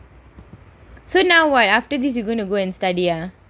so now what after this you going to go and study ah